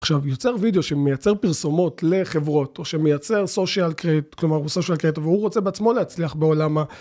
עכשיו יוצר וידאו שמייצר פרסומות לחברות, או שמייצר סושיאל קרדיט, כלומר הוא סושיאל קרדיט, והוא רוצה בעצמו להצליח בעולם ה...